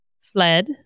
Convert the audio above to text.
fled